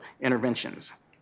interventions